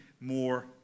more